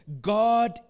God